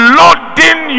loading